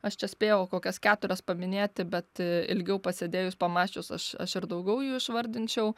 aš čia spėjau kokias keturias paminėti bet ilgiau pasėdėjus pamąsčius aš aš ir daugiau jų išvardinčiau